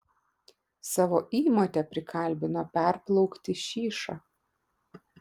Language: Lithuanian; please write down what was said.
savo įmotę prikalbino perplaukti šyšą